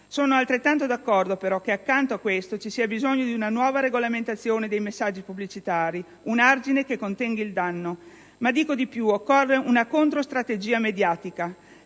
Sono altrettanto d'accordo però che accanto a questo ci sia bisogno di una nuova regolamentazione dei messaggi pubblicitari, un argine che contenga il danno. Ma dico di più: occorre una contro strategia mediatica.